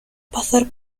pasar